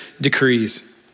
decrees